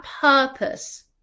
purpose